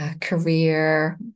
career